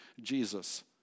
Jesus